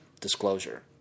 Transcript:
Disclosure